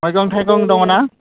मैगं थायगं दङना